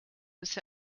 was